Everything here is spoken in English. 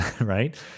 right